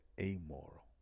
amoral